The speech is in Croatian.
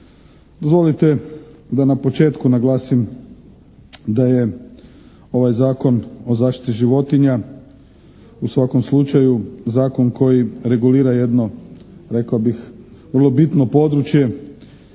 Dozvolite da na početku naglasim da je ovaj Zakon o zaštiti životinja u svakom slučaju zakon koji regulira jedno, rekao bih, vrlo bitno područje